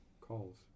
calls